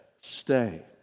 Stay